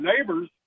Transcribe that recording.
neighbors